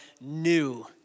new